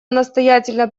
настоятельно